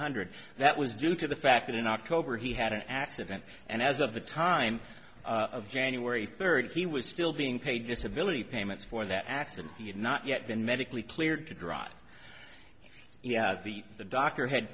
hundred that was due to the fact that in october he had an accident and as of the time of january third he was still being paid disability payments for that accident he had not yet been medically cleared to drive yeah the the doctor had